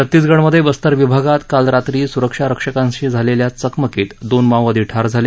छत्तीसगडमधे बस्तर विभागात काल रात्री सुरक्षारक्षकांशी झालेल्या चकमकीत दोन माओवादी ठार झाले